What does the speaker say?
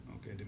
Okay